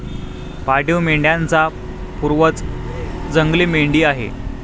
पाळीव मेंढ्यांचा पूर्वज जंगली मेंढी आहे